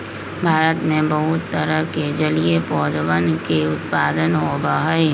भारत में बहुत तरह के जलीय पौधवन के उत्पादन होबा हई